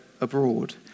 abroad